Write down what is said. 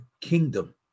kingdom